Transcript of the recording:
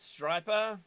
Striper